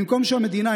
במקום שהמדינה,